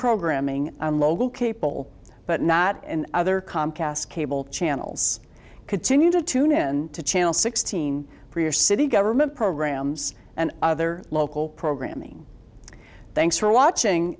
programming on local cable but not in other comcast cable channels continue to tune in to channel sixteen for your city government programs and other local programming thanks for watching